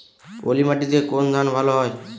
পলিমাটিতে কোন ধান ভালো হয়?